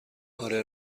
آره